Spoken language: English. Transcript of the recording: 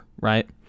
right